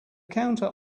counter